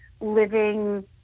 living